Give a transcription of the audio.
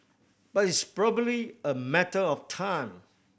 but it's probably a matter of time